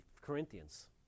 Corinthians